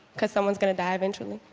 because someone's going to die eventually?